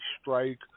strike